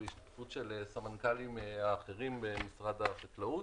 בהשתתפות של סמנכ"לים אחרים במשרד החקלאות.